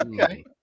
Okay